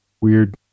weird